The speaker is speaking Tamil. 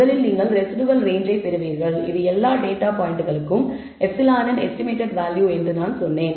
முதலில் நீங்கள் ரெஸிடுவல் ரேஞ்ச் ஜ பெறுவீர்கள் இது எல்லா டேட்டா பாயிண்ட்களுக்கும் εi இன் எஸ்டிமேடட் வேல்யூ என்று நான் சொன்னேன்